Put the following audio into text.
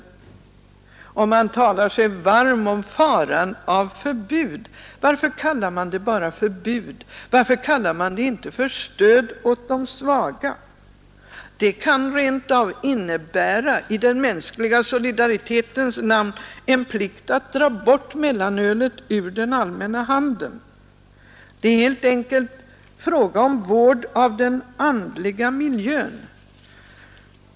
Men om man talar sig varm om faran av förbud — varför kallar man det bara förbud, varför kallar man det inte stöd åt de svaga? Det kan rent av innebära. i den mänskliga solidaritetens namn. en plikt att dra bort mellanölet ur den allmänna handeln. Det är helt enkelt fråga om vård av den andliga miljön.